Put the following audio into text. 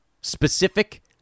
specific